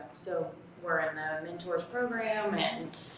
so we're and a mentor's program, and